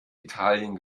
italien